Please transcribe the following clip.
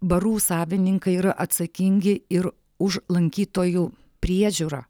barų savininkai yra atsakingi ir už lankytojų priežiūrą